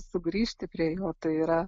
sugrįžti prie jo tai yra